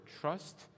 trust